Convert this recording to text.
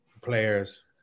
players